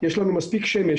יש לנו מספיק שמש